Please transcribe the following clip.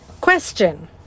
Question